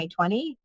2020